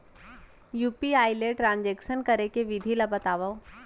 UPI ले transaction करे के विधि ला बतावव?